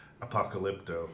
Apocalypto